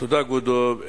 תודה, כבודו.